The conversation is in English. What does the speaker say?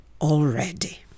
already